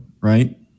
right